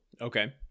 Okay